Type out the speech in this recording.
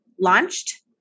launched